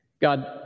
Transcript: God